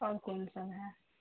اور کون سا ہیں